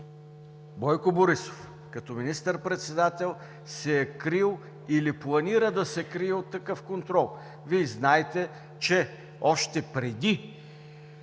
Бойко Борисов като министър-председател се е крил, или планира да се крие от такъв контрол. Вие знаете, че още преди